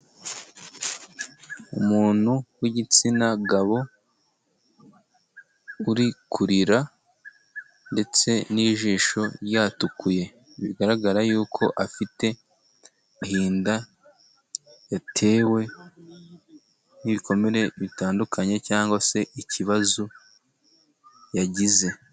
Umuntu w'igitsina gabo, uri kurira ndetse n'ijisho ryatukuye, bigaragara yuko afite agahinda yatewe n'ibikomere bitandukanye cyangwa se ikibazo yagize.